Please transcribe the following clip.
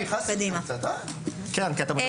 המתת תרנגולת מטילה תוך מזעור הסבל הנגרם לה אגב,